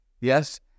Yes